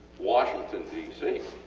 washington dc